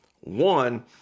one